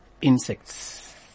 insects